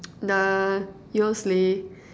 nah you'll see